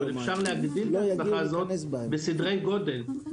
אפשר להגדיל את ההצלחה הזו בסדרי גודל.